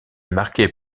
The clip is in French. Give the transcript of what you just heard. marqué